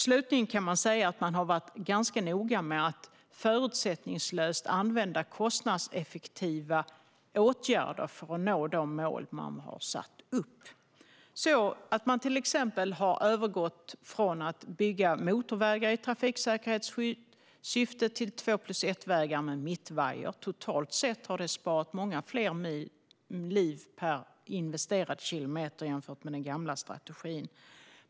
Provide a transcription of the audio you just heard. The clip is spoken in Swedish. Slutligen kan det sägas att man har varit ganska noga med att förutsättningslöst använda kostnadseffektiva åtgärder för att nå de mål man har satt upp. Man har till exempel övergått från att bygga motorvägar i trafiksäkerhetsskyddssyfte till två-plus-ett-vägar med mittvajer. Totalt sett har det sparat många fler liv per investerad kilometer än den gamla strategin.